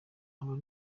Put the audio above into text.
nkaba